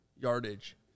yardage